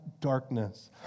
darkness